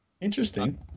interesting